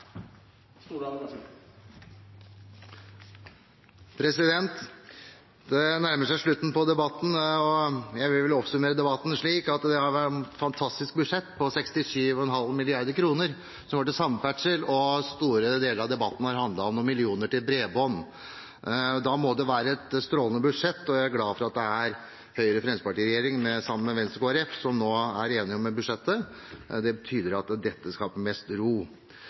fantastisk budsjett på 67,5 mrd. kr, som går til samferdsel, og store deler av debatten har handlet om noen millioner til bredbånd. Da må det være et strålende budsjett, og jeg er glad for at det er Høyre–Fremskrittsparti-regjeringen som sammen med Venstre og Kristelig Folkeparti nå er enige om budsjettet. Det tyder på at dette skaper mest ro.